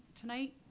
tonight